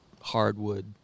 hardwood